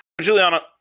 Juliana